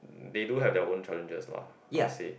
they do have their own challenges lah I would say